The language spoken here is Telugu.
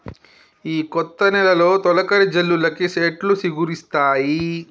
ఈ కొత్త నెలలో తొలకరి జల్లులకి సెట్లు సిగురిస్తాయి